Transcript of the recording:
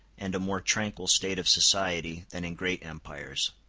and a more tranquil state of society, than in great empires.